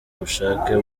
ubushake